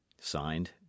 Signed